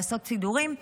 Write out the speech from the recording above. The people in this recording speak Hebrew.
לעשות סידורים,